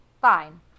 fine